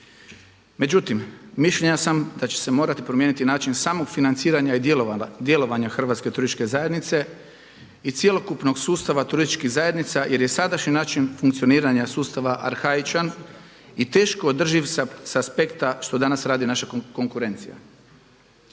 Međutim, mišljenja sam da će se morati promijeniti i način samog financiranja i djelovanja Hrvatske turističke zajednice i cjelokupnog sustava turističkih zajednica jer je sadašnji način funkcioniranja sustava arhaičan i teško održiv sa aspekta što danas radi naša konkurencija.